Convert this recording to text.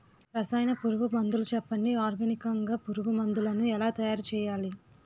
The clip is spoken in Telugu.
రసాయన పురుగు మందులు చెప్పండి? ఆర్గనికంగ పురుగు మందులను ఎలా తయారు చేయాలి?